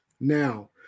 Now